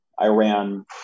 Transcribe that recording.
Iran